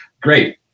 great